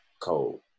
cold